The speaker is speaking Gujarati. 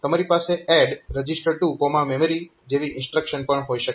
તમારી પાસે ADD reg2mem જેવી ઇન્સ્ટ્રક્શન પણ હોઈ શકે છે